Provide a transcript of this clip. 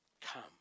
come